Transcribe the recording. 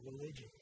religion